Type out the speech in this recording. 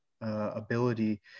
ability